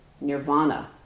nirvana